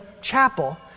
chapel